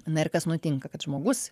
na ir kas nutinka kad žmogus